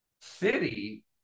city